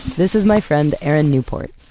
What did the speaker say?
this is my friend erin newport.